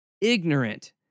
ignorant